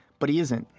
but he isn't.